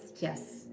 yes